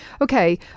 okay